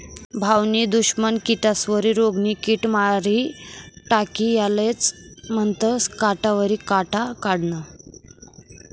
भाऊनी दुश्मन किडास्वरी रोगनी किड मारी टाकी यालेज म्हनतंस काटावरी काटा काढनं